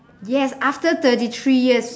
yes after thirty three years